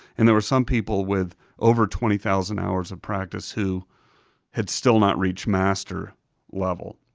and there were some people with over twenty thousand hours of practice who had still not reached master level.